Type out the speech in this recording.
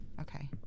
Okay